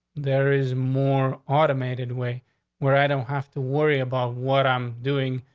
there is more automated way where i don't have to worry about what i'm doing,